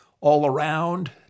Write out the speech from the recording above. all-around